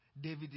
David